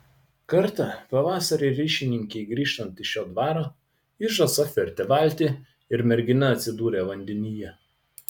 kartą pavasarį ryšininkei grįžtant iš šio dvaro ižas apvertė valtį ir mergina atsidūrė vandenyje